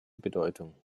bedeutung